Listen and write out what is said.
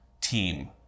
team